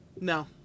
no